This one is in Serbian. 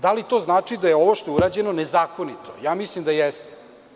Da li to znači da ovo što je urađeno, da je nezakonito, a ja mislim da jeste.